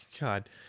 God